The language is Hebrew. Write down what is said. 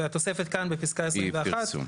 ותוספת כאן בפסקה 21,